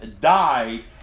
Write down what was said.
died